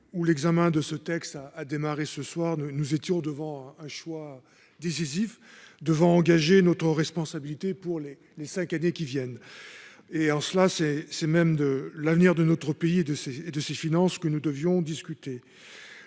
où l'examen de ce texte, ça a démarré ce soir, nous nous étions devant un choix décisif devant engager notre responsabilité pour les les 5 années qui viennent et, en cela c'est c'est même de l'avenir de notre pays et de ses de ses finances que nous devions discuter